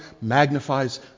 magnifies